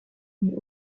mille